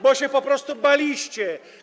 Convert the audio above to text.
Bo się po prostu baliście.